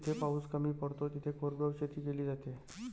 जिथे पाऊस कमी पडतो तिथे कोरडवाहू शेती केली जाते